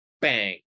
Bang